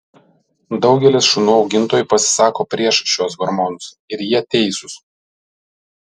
daugelis šunų augintojų pasisako prieš šiuos hormonus ir jie teisūs